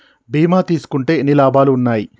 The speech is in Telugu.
బీమా తీసుకుంటే ఎన్ని లాభాలు ఉన్నాయి?